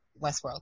Westworld